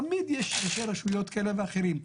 תמיד יש ראשי רשויות כאלה ואחרים.